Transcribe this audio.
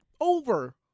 over